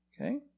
okay